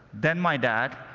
then my dad,